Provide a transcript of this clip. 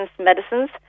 medicines